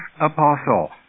apostle